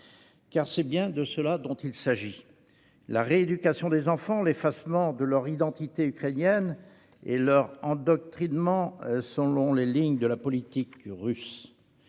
car c'est bien de cela qu'il s'agit : la rééducation des enfants, l'effacement de leur identité ukrainienne et leur endoctrinement selon les lignes de la politique russe.